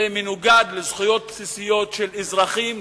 זה מנוגד לזכויות בסיסיות של אזרחים,